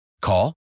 Call